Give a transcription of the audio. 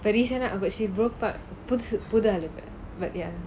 recent eh but she broke up புதுசு புது ஆளு இப்ப:puthusu puthu aalu ippa but ya